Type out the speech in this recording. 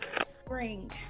Spring